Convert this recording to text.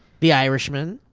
the irishman,